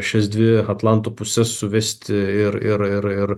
šias dvi atlanto puses suvesti ir ir ir ir